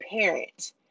parent